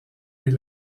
est